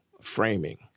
framing